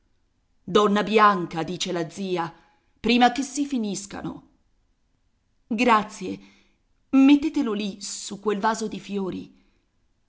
donna bianca dice la zia prima che si finiscano grazie mettetelo lì su quel vaso di fiori